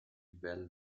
bell